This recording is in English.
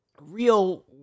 real